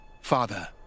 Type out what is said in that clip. Father